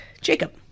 Jacob